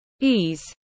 ease